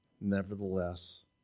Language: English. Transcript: Nevertheless